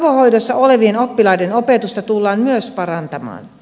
avohoidossa olevien oppilaiden opetusta tullaan myös parantamaan